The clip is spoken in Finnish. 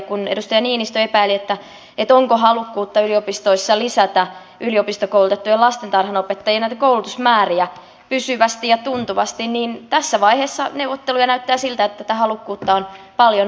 kun edustaja niinistö epäili onko halukkuutta yliopistoissa lisätä yliopistokoulutettujen lastentarhanopettajien koulutusmääriä pysyvästi ja tuntuvasti niin tässä vaiheessa neuvotteluja näyttää siltä että tätä halukkuutta on paljon ollut